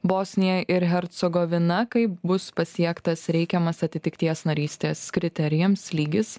bosnija ir hercogovina kai bus pasiektas reikiamas atitikties narystės kriterijams lygis